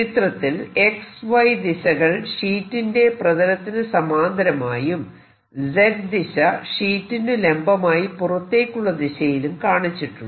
ചിത്രത്തിൽ X Y ദിശകൾ ഷീറ്റിന്റെ പ്രതലത്തിന് സമാന്തരമായും Z ദിശ ഷീറ്റിനു ലംബമായി പുറത്തേക്കുള്ള ദിശയിലും കാണിച്ചിട്ടുണ്ട്